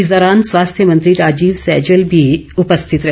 इस दौरान स्वास्थ्य मंत्री राजीव सैजल भी उपस्थित रहे